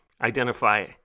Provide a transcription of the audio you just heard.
identify